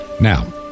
Now